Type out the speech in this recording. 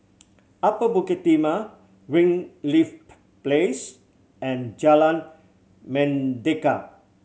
Upper Bukit Timah Greenleaf Place and Jalan Mendaki